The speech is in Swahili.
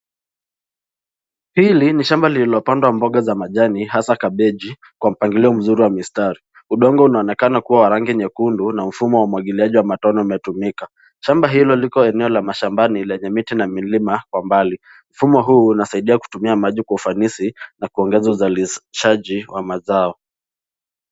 Hili ni shamba liliopandwa mboga za majani hasa kabichi kwa mpangilio mzuri wa msitari. Udongo unaonekana kuwa wa rangi nyekundu na mfumo wa umwagiliaji wa matone umetumika. Shamba hilo liko eneo la mashambani lenye miti na milima kwa mbali. Mfumo huu unasaidia kutumia maji kwa ufanisi na kuongeza usalishaji wa mazao.